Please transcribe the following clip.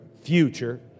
future